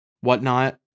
whatnot